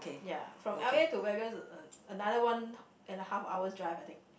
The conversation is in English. ya from L A to Vegas uh another one and a half hours drive I think